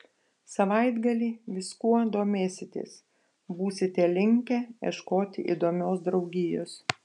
savaitgalį viskuo domėsitės būsite linkę ieškoti įdomios draugijos